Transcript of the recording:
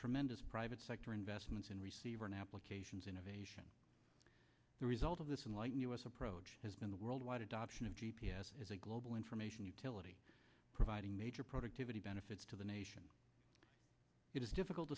tremendous private sector investments in receiver and applications innovation the result of this in light u s approach has been the worldwide adoption of g p s as a global information utility providing major productivity benefits to the nation it is difficult